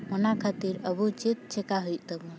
ᱚᱱᱟ ᱠᱷᱟᱹᱛᱤᱨ ᱟᱵᱚ ᱪᱮᱫ ᱪᱮᱠᱟ ᱦᱩᱭᱩᱜ ᱛᱟᱵᱚᱱᱟ